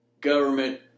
government